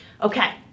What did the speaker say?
Okay